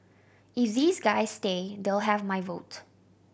if these guys stay they'll have my vote